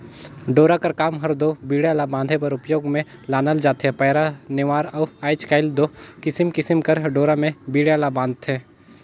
डोरा कर काम हर दो बीड़ा ला बांधे बर उपियोग मे लानल जाथे पैरा, नेवार अउ आएज काएल दो किसिम किसिम कर डोरा मे बीड़ा ल बांधथे